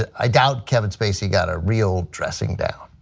ah i doubt kevin spacey got a real dressing down.